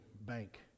bank